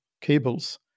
cables